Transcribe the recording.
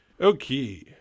Okay